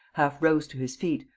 half rose to his feet,